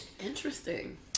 Interesting